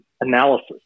analysis